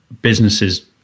businesses